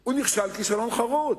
הוא נכשל כישלון חרוץ,